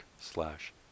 slash